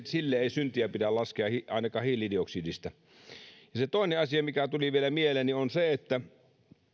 sille ei syntiä pidä laskea ainakaan hiilidioksidista se toinen asia mikä tuli vielä mieleeni on se että